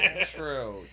true